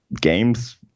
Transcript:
games